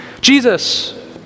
Jesus